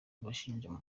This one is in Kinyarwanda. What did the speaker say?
abashinja